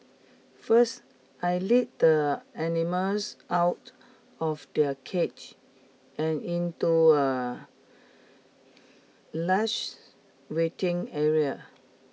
first I lead the animals out of their cage and into a leashed waiting area